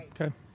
okay